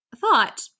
thought